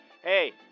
Hey